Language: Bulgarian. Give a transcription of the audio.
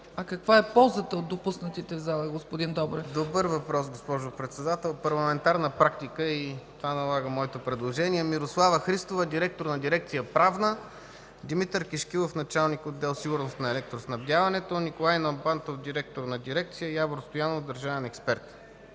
А каква е ползата от допуснатите в залата, господин Добрев? ДОКЛАДЧИК ДЕЛЯН ДОБРЕВ: Добър въпрос, госпожо Председател. Това е парламентарна практика и налага моето предложение: Мирослава Христова – директор на дирекция „Правна”, Димитър Кишкилов – началник-отдел „Сигурност на електроснабдяването”, Николай Налбантов – директор на дирекция; Явор Стоянов – държавен експерт.